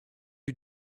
you